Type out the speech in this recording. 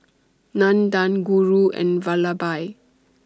Nandan Guru and Vallabhbhai